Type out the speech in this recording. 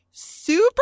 Super